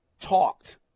talked